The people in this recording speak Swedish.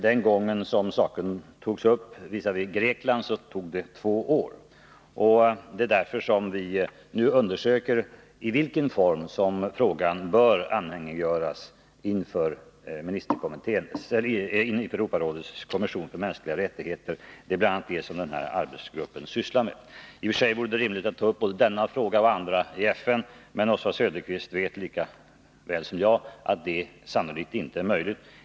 Den gången som Grekland togs upp tog det två år. Det är därför som vi nu undersöker i vilken form frågan bör anhängiggöras inför Europarådets kommission för mänskliga rättigheter. Det är bl.a. det som den här arbetsgruppen sysslar med. I och för sig vore det rimligt att ta upp både denna fråga och andra i FN. Men Oswald Söderqvist vet lika väl som jag att det sannolikt inte är möjligt.